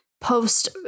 post